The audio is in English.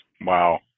Wow